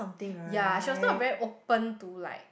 ya she was not very open to like